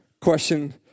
Question